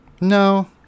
No